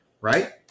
Right